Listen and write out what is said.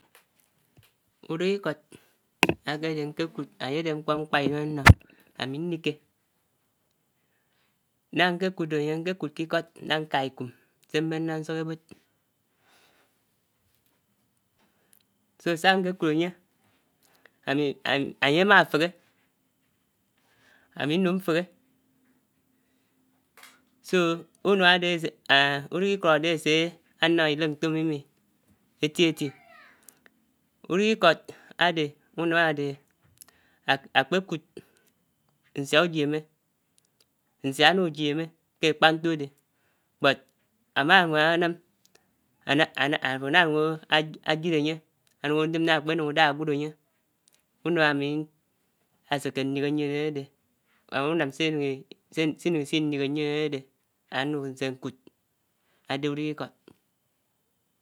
Uruk ikót ákèdè nkèkud ányè dè mkpò mkpà idèm ánnò ámi ndikè nàghà nkè kutò ányè, nkèkud k'ikòt nàghà nkàghà ikum sè mbèn ndà nsòk ébo so sà nkè nud ányè ámi ányè ámá fèhè ámi Nung mfèhè so unàm ádè ásè uruk ikót ádè ásè ánnám idèk ntò mmi mi èti-èti uruk ikót ádè unàm ádèhè ákpèkud nsiá ujèmè nsiá álu jèmè kè ákpá ntò ádè but ámá Nung ànàm àfò áná Nung ájidè ánung ájem ná àkpè nyung ádá áwòd ányè. Unam Ami aseke andige nien ádèdè or nuam sè ámi, sè ámi sè inung is ndige ánungu nsè nkud ádè uruk ukòt.